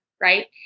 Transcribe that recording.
right